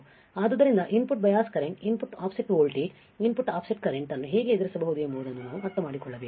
ಆದ್ದರಿಂದ input bias current input offset voltage input offset ಕರೆಂಟ್ಅನ್ನು ಹೇಗೆ ಎದುರಿಸಬಹುದು ಎಂಬುದನ್ನು ನಾವು ಅರ್ಥಮಾಡಿಕೊಳ್ಳಬೇಕು